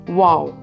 wow